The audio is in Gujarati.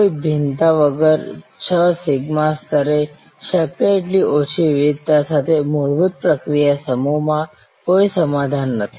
કોઈ ભિન્નતા વગર છ સિગ્મા સ્તરે શક્ય તેટલી ઓછી વિવિધતા સાથે મૂળભૂત પ્રક્રિયા સમૂહ માં કોઈ સમાધાન નથી